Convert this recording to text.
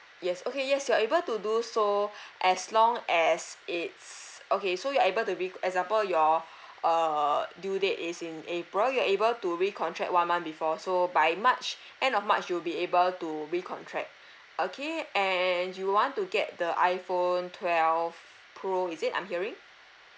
yes okay yes you are able to do so as long as it's okay so you're able to re~ example your uh due date is in april you're able to recontract one month before so by march end of march you'll be able to recontract okay and you want to get the iphone twelve pro is it I'm hearing